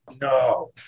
No